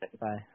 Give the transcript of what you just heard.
Bye